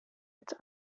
its